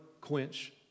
quench